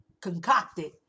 concocted